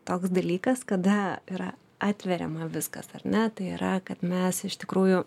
toks dalykas kada yra atveriama viskas ar ne tai yra kad mes iš tikrųjų